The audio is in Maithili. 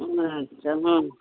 अच्छा हँ